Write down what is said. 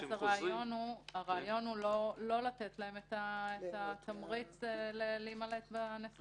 ואז הרעיון הוא לא לתת להם את התמריץ להימלט בנסיבות האלה.